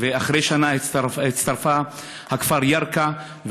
ואחרי שנה הצטרף הכפר ירכא,